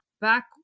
back